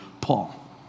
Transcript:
Paul